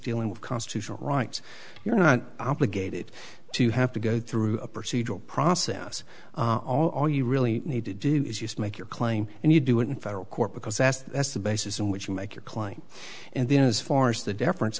dealing with constitutional rights you're not obligated to have to go through a procedural process all you really need to do is use make your claim and you do it in federal court because as that's the basis on which you make your client and then as far as the deference